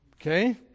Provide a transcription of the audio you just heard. okay